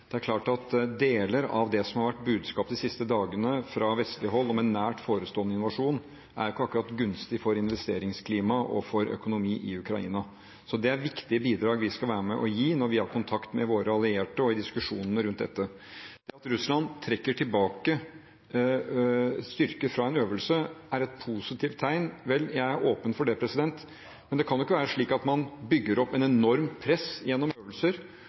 Det er klart at deler av det som har vært budskapet de siste dagene fra vestlig hold om en nært forestående invasjon, ikke akkurat er gunstig for investeringsklimaet og økonomien i Ukraina. Så det er viktige bidrag vi skal være med å gi når vi har kontakt med våre allierte og i diskusjonene rundt dette. Det at Russland trekker tilbake styrker fra en øvelse, er et positivt tegn – vel, jeg er åpen for det, men det kan jo ikke være slik at man bygger opp et enormt press gjennom øvelser,